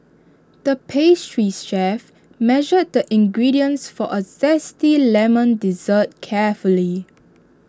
the pastry's chef measured the ingredients for A Zesty Lemon Dessert carefully